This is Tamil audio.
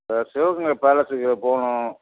சார் சிவகங்கை பேலஸுக்கு போவணும்